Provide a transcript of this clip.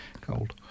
cold